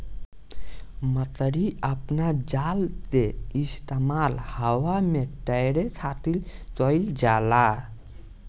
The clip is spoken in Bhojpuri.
मकड़ी अपना जाल के इस्तेमाल हवा में तैरे खातिर कईल जाला